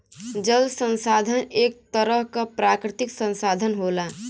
जल संसाधन एक तरह क प्राकृतिक संसाधन होला